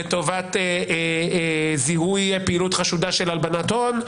לטובת זיהוי פעילות חשודה של הלבנת הון?